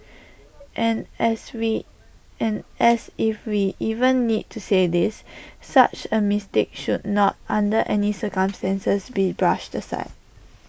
and as we and as if we even need to say this such A mistake should not under any circumstances be brushed aside